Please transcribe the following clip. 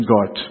God